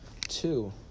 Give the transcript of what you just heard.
two